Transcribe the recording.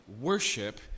worship